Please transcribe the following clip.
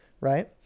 right